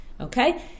Okay